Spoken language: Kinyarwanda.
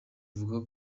avuga